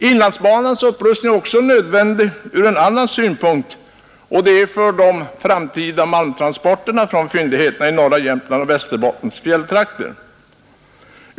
Inlandsbanans upprustning är också nödvändig ur en annan synpunkt, nämligen för de framtida malmtransporterna från fyndigheterna i norra Jämtland och i Västerbottens fjälltrakter.